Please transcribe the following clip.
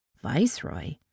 Viceroy